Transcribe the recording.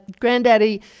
granddaddy